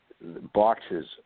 boxes